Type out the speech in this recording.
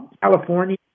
California